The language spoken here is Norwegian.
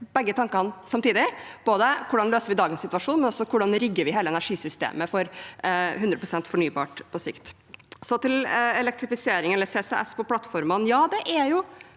begge tankene samtidig: både hvordan man løser dagens situasjon, og hvordan man rigger hele energisystemet for 100 pst. fornybart på sikt. Så til elektrifisering eller CCS på plattformene: